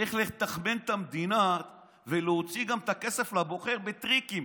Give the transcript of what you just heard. איך לתחמן את המדינה ולהוציא גם את הכסף לבוחר בטריקים.